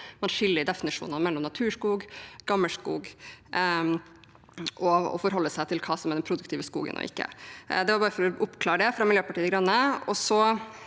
man skiller i definisjonene mellom naturskog og gammelskog og forholder seg til hva som er den produktive skogen og ikke. Det var bare for å oppklare det fra Miljøpartiet De Grønnes